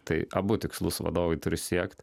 tai abu tikslus vadovai turi siekt